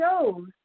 shows